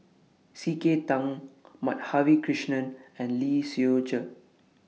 C K Tang Madhavi Krishnan and Lee Seow Ser